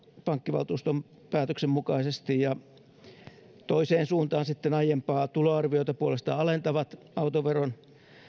pankkivaltuuston päätöksen mukaisesti toiseen suuntaan sitten vievät eli aiempaa tuloarviota puolestaan alentavat autoveron